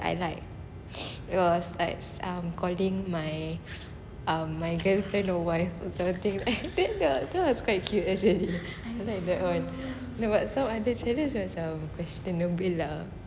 is was like um calling my um my girlfriend or wife a third name lah I think that's quite cute actually I like that [one] but some other challenge macam questionable